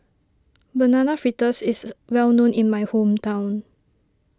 Banana Fritters is well known in my hometown